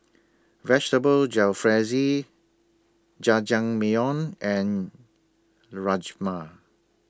Vegetable Jalfrezi Jajangmyeon and Rajma